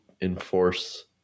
enforce